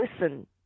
listen